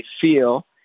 feel